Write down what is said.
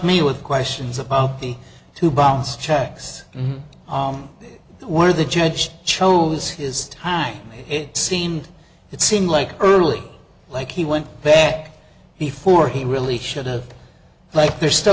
me with questions about the two bounced checks and where the judge chose his time it seemed it seemed like early like he went back before he really should have like they're still